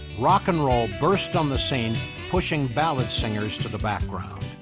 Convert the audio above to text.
rock and roll burst on the scene pushing ballad singers to the background.